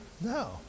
No